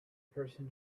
person